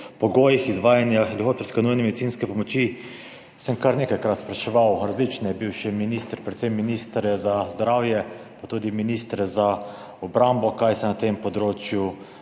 pogojih izvajanja helikopterske nujne medicinske pomoči, sem kar nekajkrat spraševal različne bivše ministre, predvsem ministre za zdravje, pa tudi ministre za obrambo, kaj se na tem področju